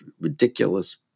ridiculous